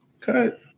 Cut